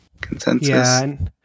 consensus